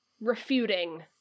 refuting